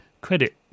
credit